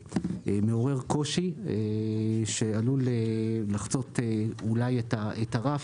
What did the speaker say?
בהחלט מעורר קושי שעלול לחצות אולי את הרף.